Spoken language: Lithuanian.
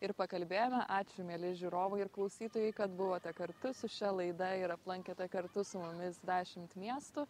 ir pakalbėjome ačiū mieli žiūrovai ir klausytojai kad buvote kartu su šia laida ir aplankėte kartu su mumis dešimt miestų